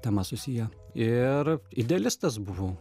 tema susiję ir idealistas buvau